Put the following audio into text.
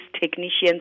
technicians